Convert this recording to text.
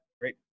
great